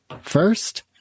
first